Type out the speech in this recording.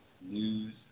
News